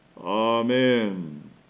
Amen